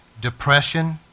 depression